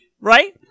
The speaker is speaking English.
Right